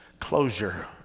closure